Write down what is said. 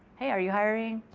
hey, are you hiring,